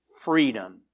freedom